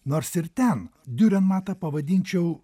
nors ir ten diurenmatą pavadinčiau